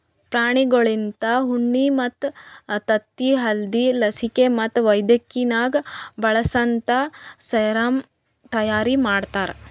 ಪ್ರಾಣಿಗೊಳ್ಲಿಂತ ಉಣ್ಣಿ ಮತ್ತ್ ತತ್ತಿ ಅಲ್ದೇ ಲಸಿಕೆ ಮತ್ತ್ ವೈದ್ಯಕಿನಾಗ್ ಬಳಸಂತಾ ಸೆರಮ್ ತೈಯಾರಿ ಮಾಡ್ತಾರ